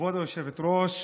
כבוד היושבת-ראש,